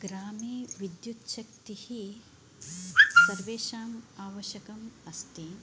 ग्रामे विद्युच्छक्तिः सर्वेषाम् आवश्यकम् अस्ति